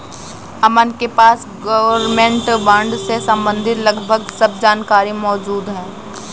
अमन के पास government bond से सम्बंधित लगभग सब जानकारी मौजूद है